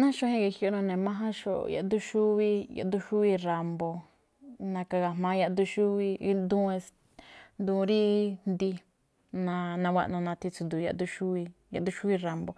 Ná xuajen ge̱jioꞌ nune̱ májánxo̱ꞌ. Yaꞌduun xúwí, yaꞌduun xúwíi ra̱mbo̱, na̱ka̱ ga̱jma̱á yaꞌduun xúwíi duun rí jndi, nawaꞌno̱ nati tsu̱du̱u̱ yaꞌduun xúwí, yaꞌduun xúwíi rambo̱.